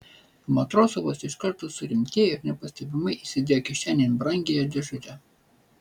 matrosovas iš karto surimtėjo ir nepastebimai įsidėjo kišenėn brangiąją dėžutę